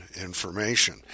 information